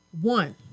One